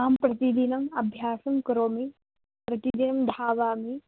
अहं प्रतिदिनम् अभ्यासं करोमि प्रतिदिनं धावामि